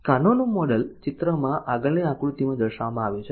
કાનોનું model ચિત્રમાં આગળની આકૃતિમાં દર્શાવવામાં આવ્યું છે